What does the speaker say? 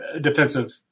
defensive